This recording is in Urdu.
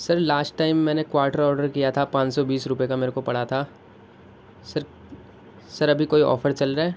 سر لاسٹ ٹائم میں نے کواٹر آڈر کیا تھا پانچ سو بیس روپئے کا میرے کو پڑا تھا سر سر ابھی کوئی آفر چل رہا ہے